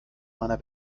meiner